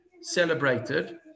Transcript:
celebrated